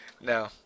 No